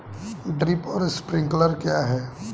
Drip और sprinkler क्या हैं?